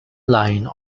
line